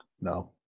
no